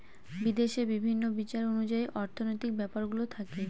বিদেশে বিভিন্ন বিচার অনুযায়ী অর্থনৈতিক ব্যাপারগুলো থাকে